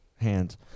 hands